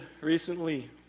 recently